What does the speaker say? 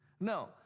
No